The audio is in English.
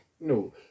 No